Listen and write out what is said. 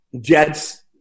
Jets